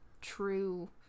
true